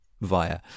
via